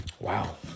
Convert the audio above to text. wow